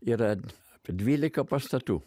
yra apie dvylika pastatų